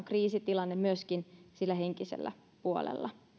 kriisitilanne myöskin sillä henkisellä puolella